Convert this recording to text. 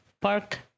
park